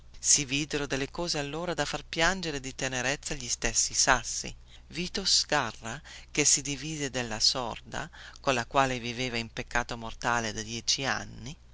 si videro delle cose allora da far piangere di tenerezza gli stessi sassi vito sgarra che si divise dalla sorda colla quale viveva in peccato mortale da dieci anni